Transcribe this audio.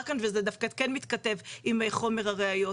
כאן וזה דווקא כן מתכתב עם חומר הראיות,